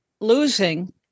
losing